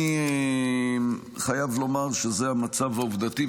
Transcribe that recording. אני חייב לומר שזה המצב העובדתי,